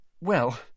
well